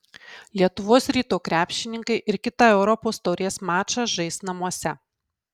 lietuvos ryto krepšininkai ir kitą europos taurės mačą žais namuose